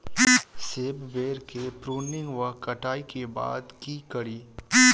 सेब बेर केँ प्रूनिंग वा कटाई केँ बाद की करि?